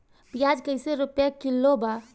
प्याज कइसे रुपया किलो बा?